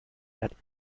werden